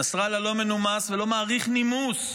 נסראללה לא מנומס ולא מעריך נימוס.